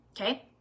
okay